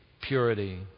purity